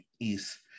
East